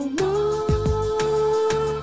more